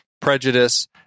prejudice